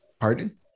pardon